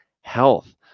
health